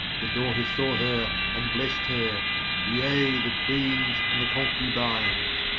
the daughters saw her, and blessed her yea, the queens and the concubines,